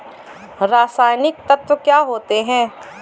रसायनिक तत्व क्या होते हैं?